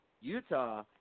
Utah